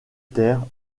terre